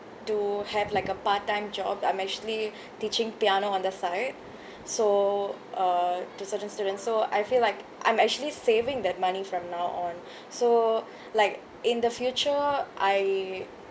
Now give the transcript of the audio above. to have like a part time job I'm actually teaching piano on the side so uh to certain students so I feel like I'm actually saving that money from now on so like in the future I